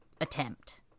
attempt